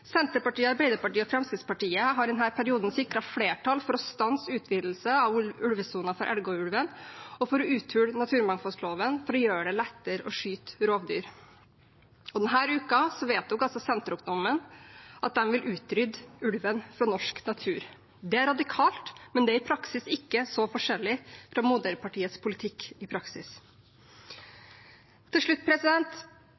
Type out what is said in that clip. Senterpartiet, Arbeiderpartiet og Fremskrittspartiet har denne perioden sikret flertall for å stanse utvidelsen av ulvesonen for Elgå-ulven og for å uthule naturmangfoldloven for å gjøre det lettere å skyte rovdyr. Denne uken vedtok Senterungdommen at de vil utrydde ulven fra norsk natur. Det er radikalt, men det er ikke så forskjellig fra moderpartiets politikk i